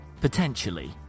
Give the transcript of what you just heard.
Potentially